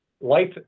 Life